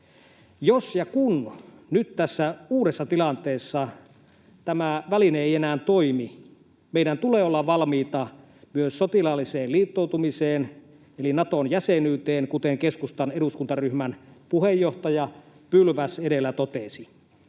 Jos ja kun nyt tässä uudessa tilanteessa tämä väline ei enää toimi, meidän tulee olla valmiita myös sotilaalliseen liittoutumiseen eli Naton jäsenyyteen, kuten keskustan eduskuntaryhmän puheenjohtaja Pylväs edellä totesi.